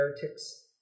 heretics